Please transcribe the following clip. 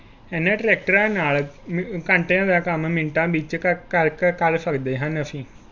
ਇਹਨਾਂ ਟਰੈਕਟਰਾਂ ਨਾਲ ਘੰਟਿਆਂ ਦਾ ਕੰਮ ਮਿੰਟਾਂ ਵਿੱਚ ਕਰ ਕਰਕ ਕਰ ਸਕਦੇ ਹਨ ਅਸੀਂ